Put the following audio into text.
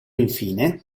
infine